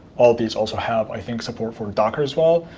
all of these also have i think support for docker as well,